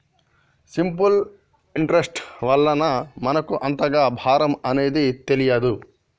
simple interest వలన మనకు అంతగా భారం అనేది తెలియదు